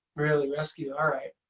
really, rescue. alright.